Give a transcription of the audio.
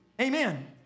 Amen